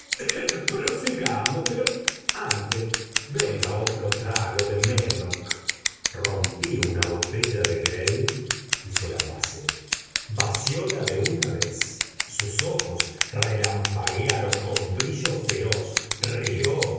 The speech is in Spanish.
él prosigamos pero antes venga otro trago de médoc rompí una botella de grve y se la pasé vacióla de una vez sus ojos relampaguearon con brillo feroz rió